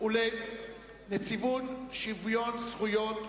נציבות שוויון הזכויות,